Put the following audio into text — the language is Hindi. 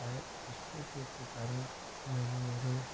अच्छा है उसके उपयोग के कारण मैंने मेरे